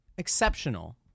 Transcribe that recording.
Exceptional